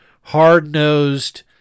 hard-nosed